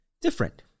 different